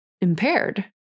impaired